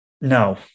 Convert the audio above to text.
No